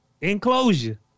Enclosure